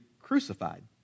crucified